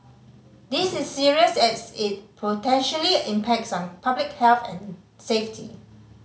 this is serious as it potentially impacts on public health and safety